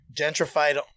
gentrified